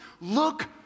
Look